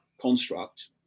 construct